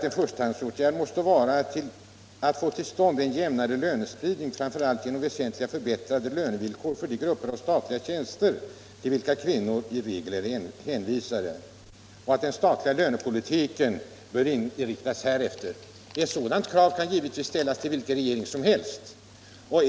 : ”En förstahandsåtgärd måste vara att få till stånd en jämnare lönespridning, framför allt genom väsentligt förbättrade lönevillkor för de grupper av statliga tjänster till vilka kvinnor i regel är hänvisade. Den statliga lönepolitiken bör inriktas härefter.” Ett sådant krav kan givetvis ställas till vilken regering som helst.